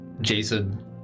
Jason